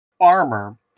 armor